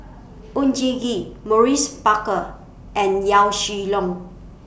Oon Jin Gee Maurice Baker and Yaw Shin Leong